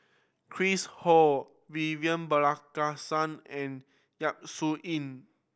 Chris Ho Vivian Balakrishnan and Yap Su Yin